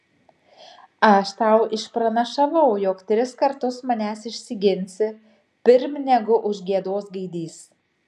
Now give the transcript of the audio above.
aš tau išpranašavau jog tris kartus manęs išsiginsi pirm negu užgiedos gaidys